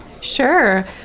Sure